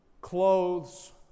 clothes